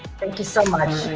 thank you so much.